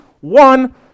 one